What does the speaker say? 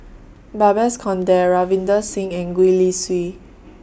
Babes Conde Ravinder Singh and Gwee Li Sui